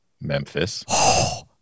Memphis